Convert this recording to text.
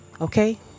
Okay